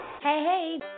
Hey